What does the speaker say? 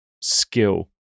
skill